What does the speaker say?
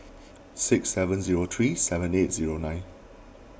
six seven zero three seven eight zero nine